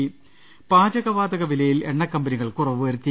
രുവെട്ടിര പാചകവാതക വിലയിൽ എണ്ണക്കമ്പനികൾ കുറവ് വരുത്തി